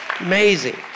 amazing